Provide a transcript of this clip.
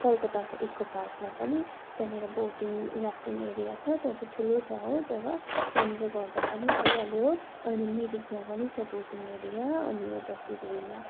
कलकत्ताको इको पार्कमा पनि त्यहाँनेर बोटिङ राफ्टिङ एरिया छ त्यहाँ चाहिँ ठुलो छ हो जगा त्यहाँनेर गर्दा पनि भइहाल्यो अनि मिरिकमा पनि छ बोटिङ एरिया अनि यता सिलगडीमा